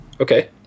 Okay